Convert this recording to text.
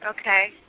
Okay